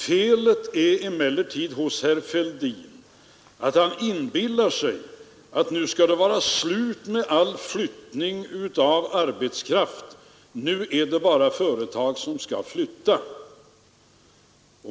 Felet med herr Fälldin är att han inbillar sig att det nu skall vara slut med all flyttning av arbetskraft; nu är det bara företag som skall flytta.